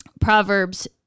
Proverbs